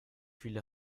viele